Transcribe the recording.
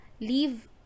leave